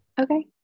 Okay